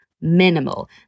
minimal